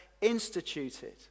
instituted